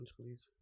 please